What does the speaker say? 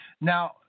Now